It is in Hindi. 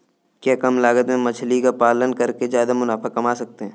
क्या कम लागत में मछली का पालन करके ज्यादा मुनाफा कमा सकते हैं?